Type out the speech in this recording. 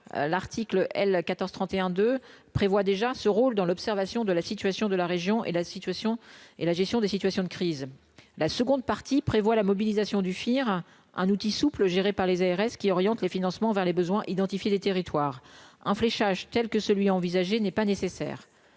l'article L 14 31 2 prévoit déjà ce rôle dans l'observation de la situation de la région et la situation et la gestion des situations de crise, la seconde partie prévoit la mobilisation du firent un outil souple, géré par les ARS qui oriente les financements vers les besoins identifiés des territoires un fléchage tels que celui envisagé n'est pas nécessaire